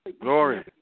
Glory